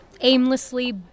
aimlessly